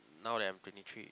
now that I'm twenty three